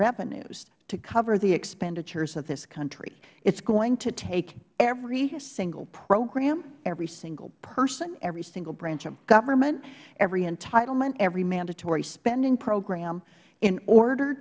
revenues to cover the expenditures of this country it is going to take every single program every single person every single branch of government every entitlement every mandatory spending program in order